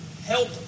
help